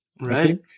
Right